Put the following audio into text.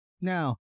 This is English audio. Now